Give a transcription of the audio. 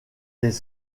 des